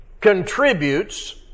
contributes